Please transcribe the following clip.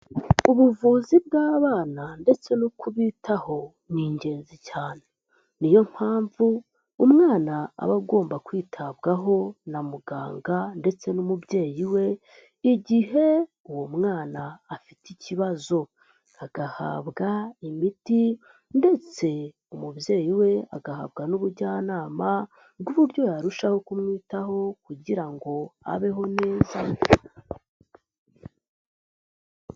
Ubuvuzi bw'abana ndetse no kubitaho ni ingenzi cyane. Niyo mpamvu umwana aba agomba kwitabwaho na muganga ndetse n'umubyeyi we, igihe uwo mwana afite ikibazo, agahabwa imiti ndetse umubyeyi we agahabwa n'ubujyanama bw'uburyo yarushaho kumwitaho kugira ngo abeho neza.